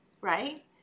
right